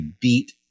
beat